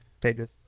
pages